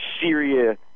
Syria